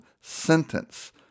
sentence